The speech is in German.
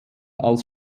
als